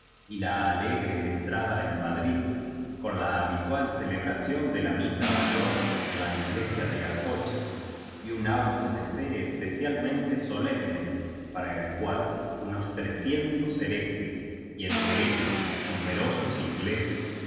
y la alegre entrada en madrid con la habitual celebración de la misa mayor en la iglesia de atocha y un auto de fe especial mente solemne para el cual unos trescientos herejes y entre ellos numerosos ingleses